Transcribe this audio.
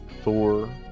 thor